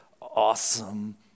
awesome